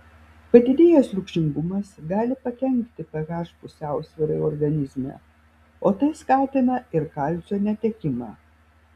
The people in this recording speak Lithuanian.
padidėjęs rūgštingumas gali pakenkti ph pusiausvyrai organizme o tai skatina ir kalcio netekimą